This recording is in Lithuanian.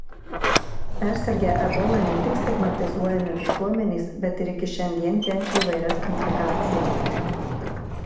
persirgę ebola ne tik stigmatizuojami visuomenės bet ir iki šiandien kenčia įvairias komplikacijas